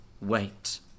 wait